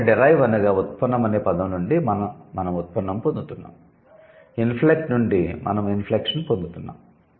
కాబట్టి 'డిరైవ్' అనగా ఉత్పన్నం అనే పదం నుండి మేము ఉత్పన్నం పొందుతున్నాము 'ఇంఫ్లేక్ట్' నుండి మేము ఇంఫ్లేక్షన్ పొందుతున్నాము